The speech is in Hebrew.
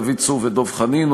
דוד צור ודב חנין,